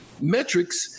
metrics